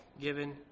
given